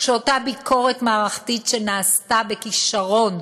שאותה ביקורת מערכתית, שנעשתה בכישרון,